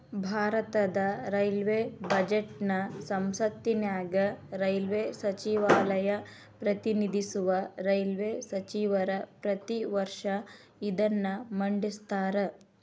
ಭಾರತದ ರೈಲ್ವೇ ಬಜೆಟ್ನ ಸಂಸತ್ತಿನ್ಯಾಗ ರೈಲ್ವೇ ಸಚಿವಾಲಯ ಪ್ರತಿನಿಧಿಸುವ ರೈಲ್ವೇ ಸಚಿವರ ಪ್ರತಿ ವರ್ಷ ಇದನ್ನ ಮಂಡಿಸ್ತಾರ